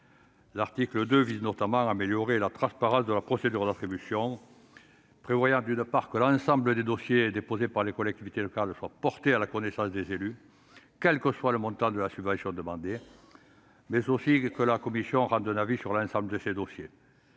L'article 2 vise, notamment, à améliorer la transparence de la procédure d'attribution. Il prévoit, d'une part, que l'ensemble des dossiers déposés par les collectivités locales soit porté à la connaissance des élus, quel que soit le montant de subvention demandé, et, d'autre part, que la commission rende un avis sur tous ces dossiers.